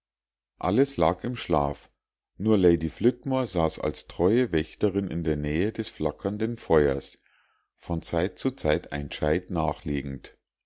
alles lag im schlaf nur lady flitmore saß als treue wächterin in der nähe des flackernden feuers von zeit zu zeit ein scheit nachlegend